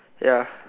ya